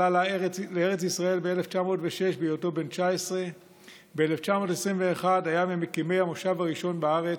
עלה לארץ ישראל ב-1906 בהיותו בן 19. ב-1921 היה ממקימי המושב הראשון בארץ,